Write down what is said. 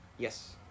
Yes